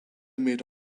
made